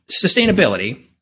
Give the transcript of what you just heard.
sustainability